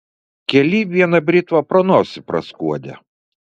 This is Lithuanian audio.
kely viena britva pro nosį praskuodė